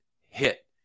hit